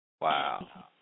Wow